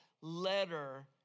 letter